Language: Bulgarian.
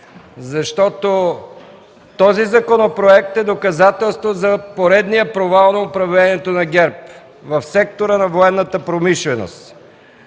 Защото този законопроект е доказателство за поредния провал на управлението на ГЕРБ в сектора на военната промишленост.